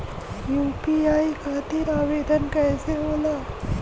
UPI खातिर आवेदन कैसे होला?